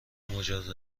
مجاز